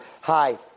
hi